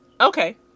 Okay